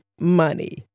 money